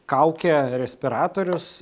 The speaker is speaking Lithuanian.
kaukė respiratorius